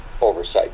oversight